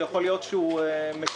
שיכול להיות שהוא מקומי.